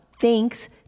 thanks